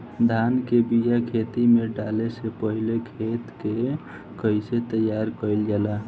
धान के बिया खेत में डाले से पहले खेत के कइसे तैयार कइल जाला?